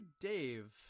Dave